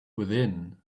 within